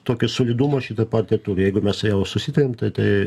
tokio solidumo šita partija jeigu mes jau susitarėm tai tai